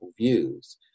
views